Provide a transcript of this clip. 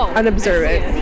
unobservant